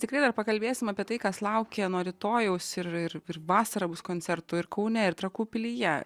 tikrai dar pakalbėsim apie tai kas laukia nuo rytojaus ir ir ir vasarą bus koncertų ir kaune ir trakų pilyje